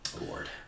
award